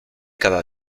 cada